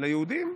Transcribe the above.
ליהודים,